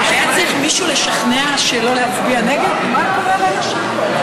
תודה רבה, גברתי, היושבת-ראש.